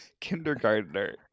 kindergartner